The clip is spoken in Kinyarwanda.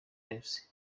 lives